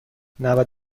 نود